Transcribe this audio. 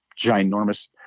ginormous